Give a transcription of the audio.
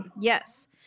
Yes